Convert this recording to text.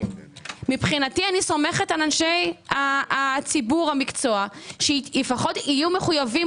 מבחינתי אני סומכת על אנשי המקצוע שיהיו מחויבים